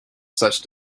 such